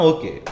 Okay